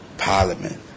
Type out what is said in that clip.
Parliament